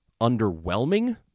underwhelming